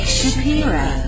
Shapiro